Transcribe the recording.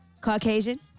Caucasian